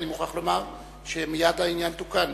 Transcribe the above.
אני מוכרח לומר שמייד העניין תוקן.